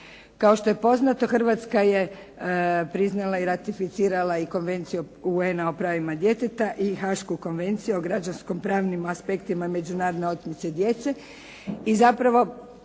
Kao što je poznato, Hrvatska je priznala i ratificirala i Konvenciju UN-a o pravima djeteta i hašku Konvenciju o građansko-pravnim aspektima međunarodne otmice djece i zapravo